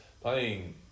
playing